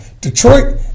Detroit